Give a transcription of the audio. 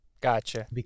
Gotcha